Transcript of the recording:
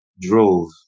drove